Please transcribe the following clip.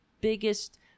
biggest